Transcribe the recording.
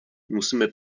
musíme